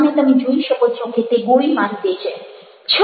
અને તમે જોઈ શકો છો કે તે ગોળી મારી દે છે